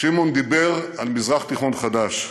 שמעון דיבר על מזרח תיכון חדש.